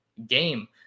game